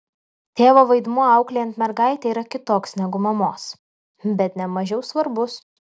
tėvo vaidmuo auklėjant mergaitę yra kitoks negu mamos bet ne mažiau svarbus